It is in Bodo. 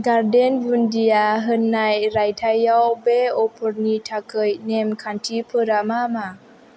गार्डेन बुन्दिया होन्नाय रायथाइयाव बे अफारनि थाखाय नेम खान्थिफोरा मा मा